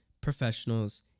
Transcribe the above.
professionals